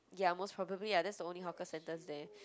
ya most probably lah that's the only hawker centers there